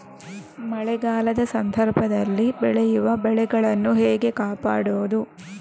ಮಳೆಗಾಲದ ಸಂದರ್ಭದಲ್ಲಿ ಬೆಳೆಯುವ ಬೆಳೆಗಳನ್ನು ಹೇಗೆ ಕಾಪಾಡೋದು?